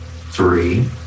Three